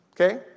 Okay